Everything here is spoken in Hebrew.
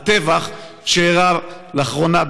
הטבח שאירע לאחרונה,